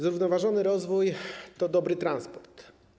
Zrównoważony rozwój to dobry transport.